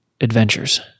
adventures